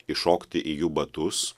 įšokti į jų batus